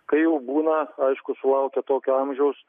kai jau būna aišku sulaukę tokio amžiaus